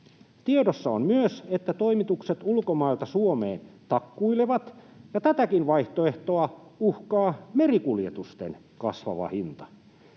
Tiedossa on myös, että toimitukset ulkomailta Suomeen takkuilevat, ja tätäkin vaihtoehtoa uhkaa merikuljetusten kasvava hinta.